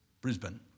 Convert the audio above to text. Brisbane